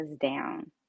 down